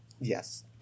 yes